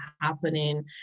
happening